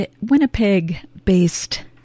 Winnipeg-based